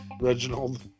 Reginald